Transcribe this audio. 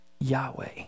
Yahweh